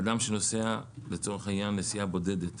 כלומר אדם שנוסע לצורך העניין נסיעה בודדת